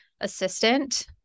assistant